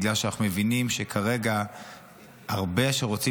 בגלל שאנחנו מבינים שכרגע הרבה ממי שרוצים